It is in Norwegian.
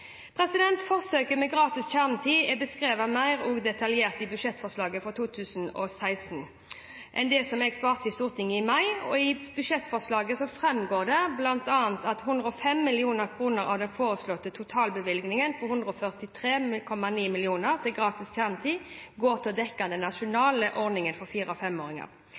Forsøket med gratis kjernetid er beskrevet mer detaljert i budsjettforslaget for 2016 enn det jeg svarte i Stortinget i mai. I budsjettforslaget framgår det bl.a. at 105 mill. kr av den foreslåtte totalbevilgningen på 143,9 mill. kr til gratis kjernetid går til å dekke den nasjonale ordningen for fire- og femåringer.